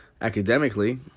academically